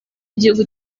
igihugu